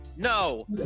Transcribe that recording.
No